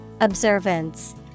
Observance